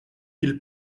qu’il